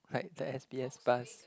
like the s_b_s bus